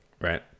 Right